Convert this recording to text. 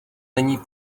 není